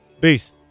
Peace